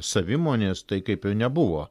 savimonės tai kaip ir nebuvo